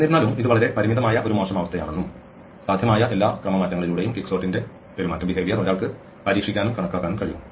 എന്നിരുന്നാലും ഇത് വളരെ പരിമിതമായ ഒരു മോശം അവസ്ഥയാണെന്നും സാധ്യമായ എല്ലാ ക്രമമാറ്റങ്ങളിലൂടെയും ക്വിക്സോർട്ടിന്റെ പെരുമാറ്റം ഒരാൾക്ക് പരീക്ഷിക്കാനും കണക്കാക്കാനും കഴിയും